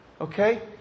Okay